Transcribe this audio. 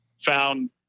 found